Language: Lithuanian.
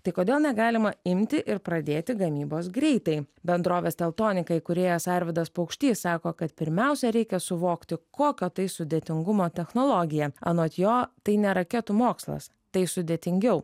tai kodėl negalima imti ir pradėti gamybos greitai bendrovės teltonika įkūrėjas arvydas paukštys sako kad pirmiausia reikia suvokti kokio tai sudėtingumo technologija anot jo tai ne raketų mokslas tai sudėtingiau